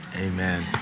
Amen